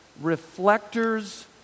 reflectors